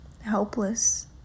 helpless